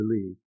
believe